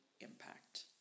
impact